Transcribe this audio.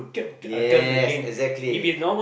yes exactly